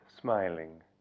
smiling